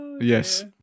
Yes